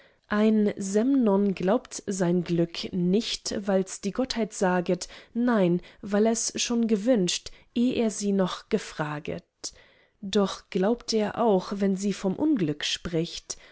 ein semnon glaubt sein glück nicht weils die gottheit saget nein weil ers schon gewünscht eh er sie noch gefraget doch glaubt er auch wenn sie vom unglück spricht